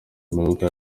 muyoboke